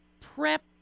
prep